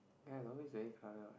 ya it's always very colour what